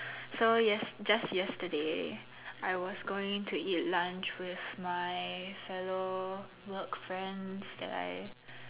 so yes~ just yesterday I was going to eat lunch with my fellow work friends that I